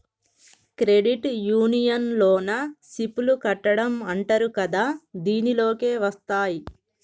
credit union లోన SIP లు కట్టడం అంటరు కదా దీనిలోకే వస్తాయ్